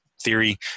theory